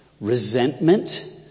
resentment